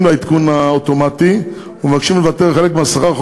לעדכון האוטומטי ומבקשים לבטל חלק מהשכר.